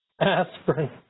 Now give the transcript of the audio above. Aspirin